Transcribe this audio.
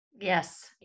Yes